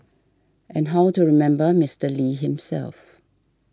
and how to remember Mister Lee himself